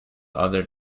other